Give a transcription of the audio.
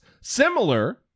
similar